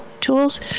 tools